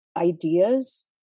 ideas